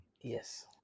Yes